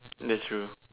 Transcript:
that's true